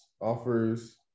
offers